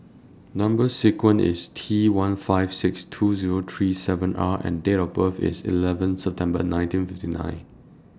Number sequence IS T one five six two Zero three seven R and Date of birth IS eleventh September nineteen fifty nine